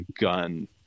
gun